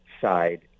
side